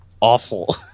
awful